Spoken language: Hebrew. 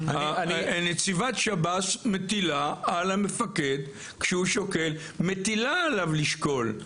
נציבת שב"ס מטילה על המפקד כשהוא שוקל מטילה עליו לשקול.